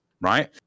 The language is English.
right